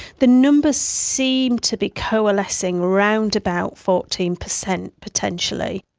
the numbers seem to be coalescing around about fourteen percent potentially.